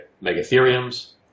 megatherium's